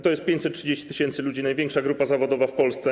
To 530 tys. ludzi, największa grupa zawodowa w Polsce.